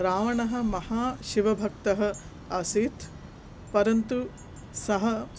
रावणः महाशिवभक्तः आसीत् परन्तु सः